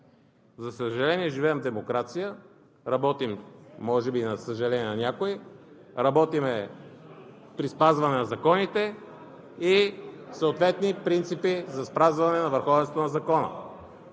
За съжаление, живеем в демокрация, работим – може би за съжаление на някои – при спазване на законите и съответни принципи за спазване върховенството на закона.